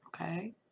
Okay